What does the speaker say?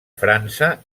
frança